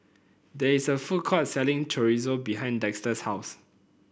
there is a food court selling Chorizo behind Dexter's house